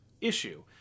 issue